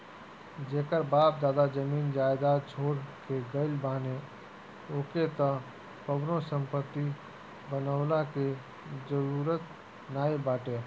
जेकर बाप दादा जमीन जायदाद छोड़ के गईल बाने ओके त कवनो संपत्ति बनवला के जरुरत नाइ बाटे